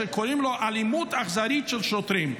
שקוראים לו אלימות אכזרית של שוטרים.